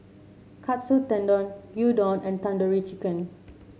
Katsu Tendon Gyudon and Tandoori Chicken